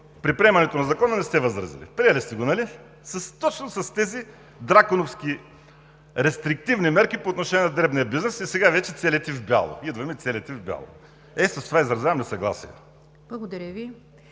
при приемането на Закона не сте възразили?! Приели сте го, нали, точно с тези драконовски, рестриктивни мерки по отношение на дребния бизнес и сега вече идваме целите в бяло. Ето с това изразявам несъгласие. ПРЕДСЕДАТЕЛ